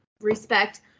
respect